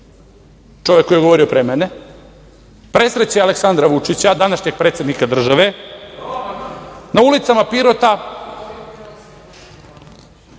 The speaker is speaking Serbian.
čovek koji je govorio pre mene presreće Aleksandra Vučića, današnjeg predsednika države na ulicama Pirota,